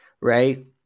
right